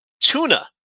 tuna